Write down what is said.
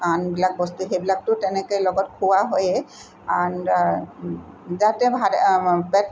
আনবিলাক বস্তু সেইবিলাকটো তেনেকেই লগত খোৱা হয়েই আন যাতে ভাত পেট